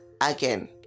again